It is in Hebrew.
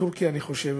לטורקיה אני חושב,